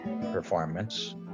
performance